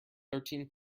thirteen